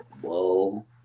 whoa